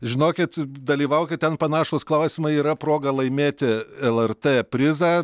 žinokit dalyvaukit ten panašūs klausimai yra proga laimėti lrt prizą